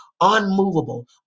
unmovable